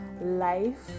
life